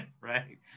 right